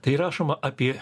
tai rašoma apie